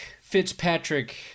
Fitzpatrick